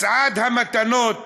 מצעד המתנות